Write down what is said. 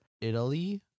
italy